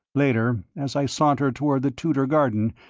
later, as i sauntered toward the tudor garden,